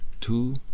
two